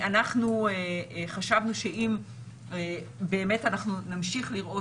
אנחנו חשבנו שאם באמת אנחנו נמשיך לראות